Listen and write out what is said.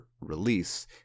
release